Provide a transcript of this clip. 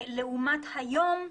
לעומת היום,